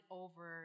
over